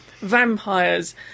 Vampires